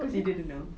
cause you didn't know